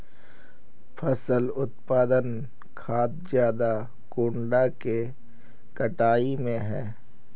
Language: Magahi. फसल उत्पादन खाद ज्यादा कुंडा के कटाई में है?